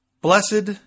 Blessed